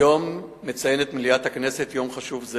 היום מציינת מליאת הכנסת יום חשוב זה